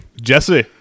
Jesse